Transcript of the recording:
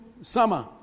summer